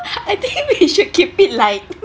I think we should keep it light